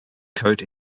coat